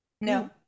No